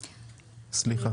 סליחה.